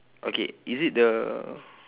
okay is it the